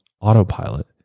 autopilot